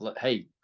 hey